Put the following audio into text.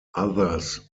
others